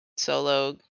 solo